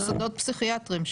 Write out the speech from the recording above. מוסדות פסיכיאטרים,